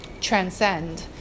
transcend